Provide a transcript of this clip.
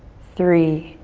three,